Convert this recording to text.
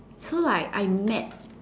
so like I met